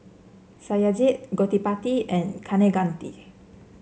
Satyajit Gottipati and Kaneganti